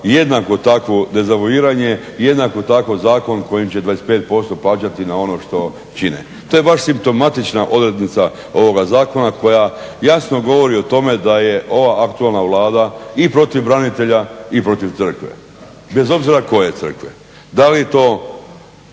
jednako takvo dezavuiranje, i jednako tako zakon kojim će 25% plaćati na ono što čine. To je baš simptomatična odrednica ovoga zakona koja jasno govori o tome da je ova aktualna Vlada i protiv branitelja i protiv Crkve, bez obzira koje Crkve, da li to